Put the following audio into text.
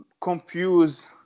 confuse